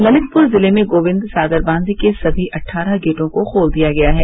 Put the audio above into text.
ललितपुर जिले में गोविंद सागरबांध के सभी अट्ठारह गेटों को खोल दिया गया है